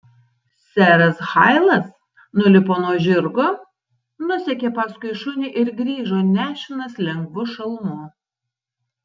seras hailas nulipo nuo žirgo nusekė paskui šunį ir grįžo nešinas lengvu šalmu